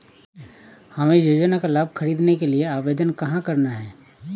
हमें योजना का लाभ ख़रीदने के लिए आवेदन कहाँ करना है?